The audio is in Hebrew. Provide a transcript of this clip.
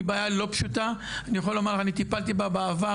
היא בעיה לא פשוטה אני יכול לומר לך אני טיפלתי בה בעבר.